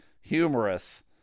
humorous